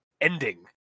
ending